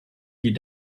die